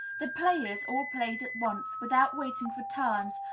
the players all played at once, without waiting for turns,